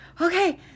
okay